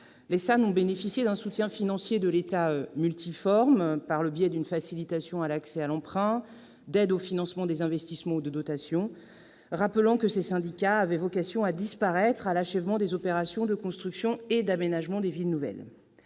Les SAN ont bénéficié d'un soutien financier de l'État multiforme, par le biais d'une facilitation de l'accès à l'emprunt, d'aide au financement des investissements ou de dotations. Rappelons que ces syndicats avaient vocation à disparaître à l'achèvement des opérations de construction et d'aménagement des villes nouvelles.